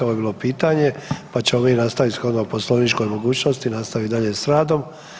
Ovo je bilo pitanje, pa ćemo mi nastaviti shodno poslovničkoj mogućnosti nastaviti dalje s radom.